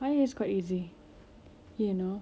ayah is quite easy you know